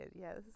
yes